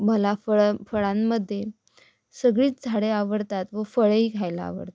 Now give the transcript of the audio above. मला फळं फळांमध्ये सगळीच झाडे आवडतात व फळेही खायला आवडतात